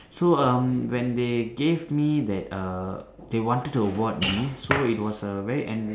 so um when they gave me that uh they wanted to award me so it was a very enri~